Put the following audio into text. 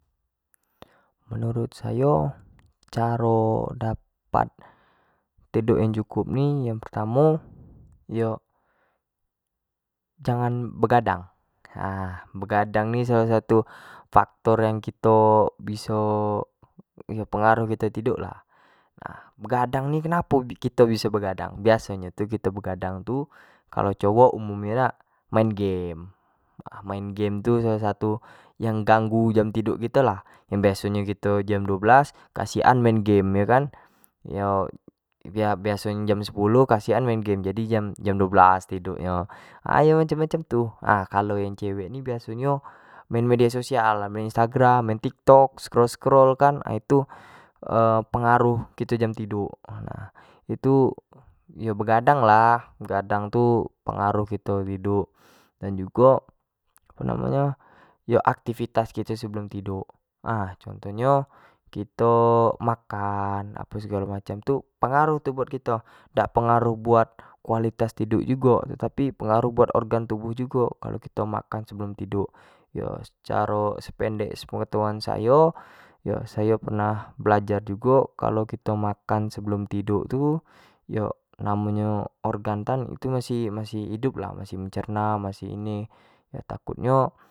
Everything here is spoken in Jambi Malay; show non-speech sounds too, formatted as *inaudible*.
Menurut sayo caro dapat tiduk yang cukup ne yang pertamo yo jangan begadang ha begadang ni salah satu faktor yang biso kito pengaruhi kito tiduk lah, begadang ni kenapo kito biso begadang, begadang tu kalua cowok umum nyo dak main game, main game tu salah satu yang ganggu jam tiduk kito lah, yang biaso nyo kito jam duo belas ke asyik an main game yo kan, yo biaso jam sepuluh ke asyik an main game jadi jam duo belas tiduk nyo, a yo cam macam tu, a kalua yan cewek ni biaso nyo main media sosial, main instagram, main tiktok kan, scroll- scroll macam tu *hesitation* pengaruh kito jam tiduk kan, nah itu begadang lah, begadang tu penagruh kito tiduk, dan jugo apo namno nyo aktivitas kito sebelum tiduk *hesitation* contoh nyo kito makan apo segalo macam tu, pengaruh tu buat kito, dak pengaruh buat kualitas tiduk jugo tapi pengaruh buat organ tubuh jugo, kalau kito makan sebelum tiduk, yo secaro sependek penegtahuan sayo, yo sayo pernah belajar jugo kalau kito makan sebelum tiduk itu yo itu namo nyo organ kan masih hidup lah, masih mencerna, masih ini takut nyo.